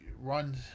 runs